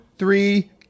three